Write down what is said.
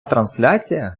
трансляція